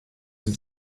sie